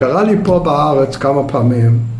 קרה לי פה בארץ כמה פעמים